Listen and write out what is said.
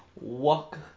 Walk